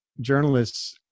journalists